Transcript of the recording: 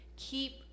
keep